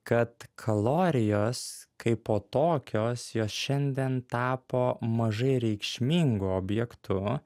kad kalorijos kaipo tokios jos šiandien tapo mažai reikšmingu objektu